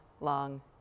long